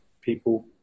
people